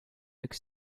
üks